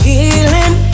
Healing